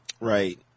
Right